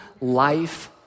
life